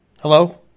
Hello